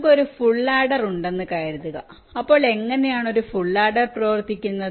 നമുക്ക് ഒരു full adder ഉണ്ടെന്ന് കരുതുക അപ്പോൾ എങ്ങനെയാണ് ഒരു ഫുൾ ആഡർ പ്രവർത്തിക്കുന്നത്